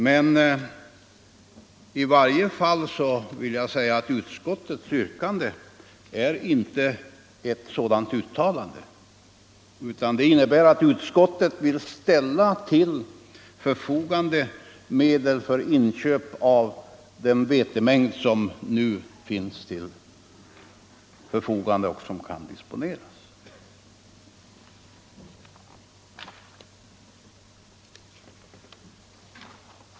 Men jag vill nog säga att utskottets yrkande inte är ett tomt uttalande. Det innebär ju att ställa till förfogande medel för inköp av den vetemängd som nu finns till förfogande och som kan disponeras.